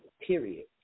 period